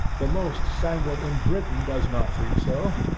the most sanguine in britain does not think so.